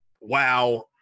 wow